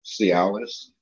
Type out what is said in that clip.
Cialis